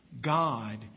God